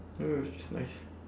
go and watch it's nice